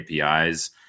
APIs